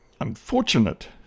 unfortunate